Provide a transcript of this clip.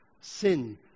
sin